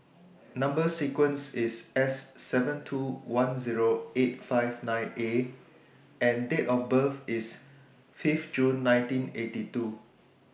Number sequence IS S seven two one Zero eight five nine A and Date of birth IS five June nineteen eighty two